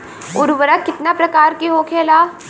उर्वरक कितना प्रकार के होखेला?